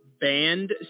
Banned